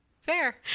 Fair